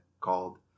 called